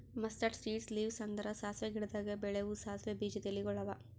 mustard seeds leaves ಅಂದುರ್ ಸಾಸಿವೆ ಗಿಡದಾಗ್ ಬೆಳೆವು ಸಾಸಿವೆ ಬೀಜದ ಎಲಿಗೊಳ್ ಅವಾ